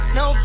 no